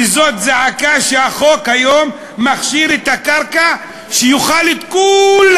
וזאת זעקה שהחוק היום מכשיר את הקרקע שיאכל את כולם.